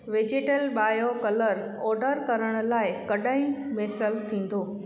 vegetal bio colour order करण लाइ कॾहिं मुयसरु थींदो